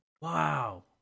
Wow